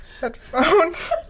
headphones